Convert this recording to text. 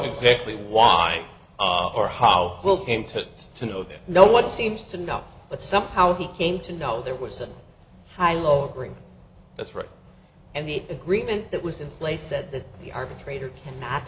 exactly why or how will came to us to know that no one seems to know but somehow he came to know there was a high low grade that's right and the agreement that was in place said that the arbitrator cannot